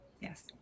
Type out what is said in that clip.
Yes